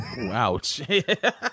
Ouch